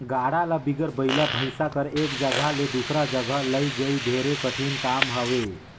गाड़ा ल बिगर बइला भइसा कर एक जगहा ले दूसर जगहा लइजई ढेरे कठिन काम हवे